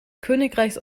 königreichs